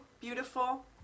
beautiful